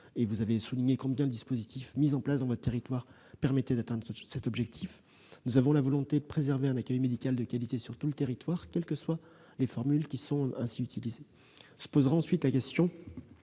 et vous avez souligné combien le dispositif mis en place dans votre département permettait d'atteindre cet objectif -, tout en préservant un accueil médical de qualité sur tout le territoire, quelles que soient les formules retenues. Se posera ensuite la question